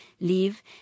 leave